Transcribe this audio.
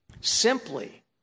simply